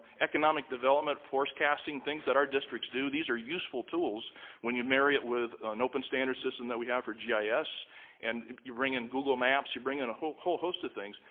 economic development, forecasting, things that our districts do. these are useful tools when you marry it with an open standard system that we have for yeah gis and you bring in google maps, you bring in a whole whole host of things.